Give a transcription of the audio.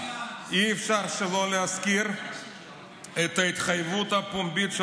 אי-אפשר שלא להזכיר את ההתחייבות הפומבית של